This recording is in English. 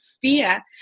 fear